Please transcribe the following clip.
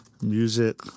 music